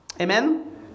Amen